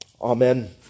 Amen